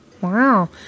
Wow